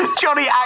Johnny